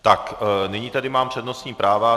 Tak, nyní tady mám přednostní práva.